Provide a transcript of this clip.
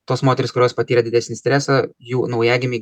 tos moterys kurios patyrė didesnį stresą jų naujagimiai